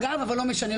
אבל לא משנה,